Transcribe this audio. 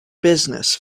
business